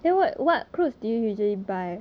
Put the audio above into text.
!wah! not bad eh